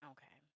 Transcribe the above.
Okay